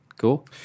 cool